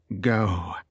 go